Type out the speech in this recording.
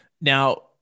Now